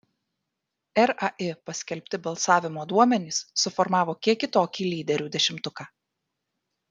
rai paskelbti balsavimo duomenys suformavo kiek kitokį lyderių dešimtuką